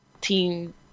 team